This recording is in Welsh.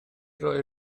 roi